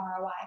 ROI